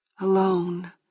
alone